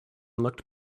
looked